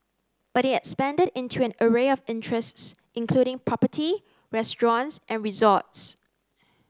but it expanded into an array of interests including property restaurants and resorts